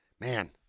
man